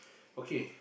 okay